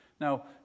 Now